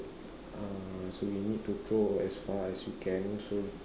ah so you need to draw as far as you can so